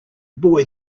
boy